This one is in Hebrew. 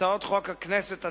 הצעת חוק מטעם הכנסת,